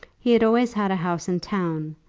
he had always had a house in town,